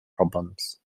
problems